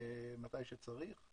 מתי שצריך.